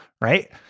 right